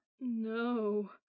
No